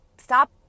stop